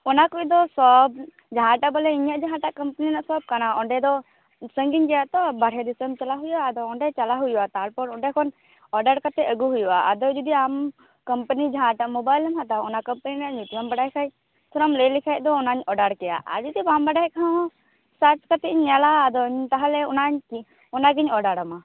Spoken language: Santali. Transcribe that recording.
ᱚᱱᱟ ᱠᱚᱫᱚ ᱥᱚᱵᱽ ᱡᱟᱦᱟᱸᱴᱟ ᱵᱚᱞᱮ ᱤᱧᱟᱹ ᱡᱟᱦᱟᱸᱴᱟ ᱠᱳᱢᱯᱟᱱᱤ ᱨᱮᱱᱟᱜ ᱥᱟᱵ ᱠᱟᱱᱟ ᱚᱸᱰᱮ ᱫᱚ ᱥᱟᱹᱜᱤᱧ ᱜᱮᱭᱟ ᱛᱚ ᱵᱟᱦᱨᱮ ᱫᱤᱥᱟᱹᱢ ᱪᱟᱞᱟᱜ ᱦᱩᱭᱩᱜᱼᱟ ᱟᱫᱚ ᱚᱸᱰᱮ ᱪᱟᱞᱟᱜ ᱦᱩᱭᱩᱜᱼᱟ ᱛᱟᱨᱯᱚᱨ ᱚᱸᱰᱮ ᱠᱷᱚᱱ ᱚᱰᱟᱨ ᱠᱟᱛᱮ ᱟᱹᱜᱩ ᱦᱩᱭᱩᱜᱼᱟ ᱟᱫᱚ ᱡᱚᱫᱤ ᱟᱢ ᱠᱳᱢᱯᱟᱱᱤ ᱡᱟᱦᱟᱸᱴᱟ ᱢᱳᱵᱟᱭᱤᱞᱮᱢ ᱦᱟᱛᱟᱣ ᱚᱱᱟ ᱠᱚᱢᱯᱟᱱᱤ ᱨᱮᱱᱟᱜ ᱢᱤᱱᱤᱢᱟᱱ ᱵᱟᱲᱟᱭ ᱠᱷᱟᱭ ᱠᱷᱚᱱᱟᱢ ᱞᱟᱹᱭ ᱞᱮᱠᱷᱟᱭ ᱫᱚ ᱚᱱᱟ ᱚᱰᱟᱨ ᱠᱮᱭᱟ ᱟᱨ ᱡᱚᱫᱤ ᱵᱟᱢ ᱵᱟᱰᱟᱭ ᱠᱷᱟᱱ ᱛᱟᱨ ᱥᱟᱛᱮ ᱤᱧ ᱧᱮᱞᱟ ᱟᱫᱚ ᱛᱟᱦᱟᱞᱮ ᱚᱱᱟᱠᱤ ᱚᱱᱟᱜᱤᱧ ᱚᱰᱟᱨᱟᱢᱟ